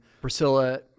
Priscilla